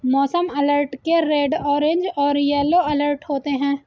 मौसम अलर्ट के red orange और येलो अलर्ट होते हैं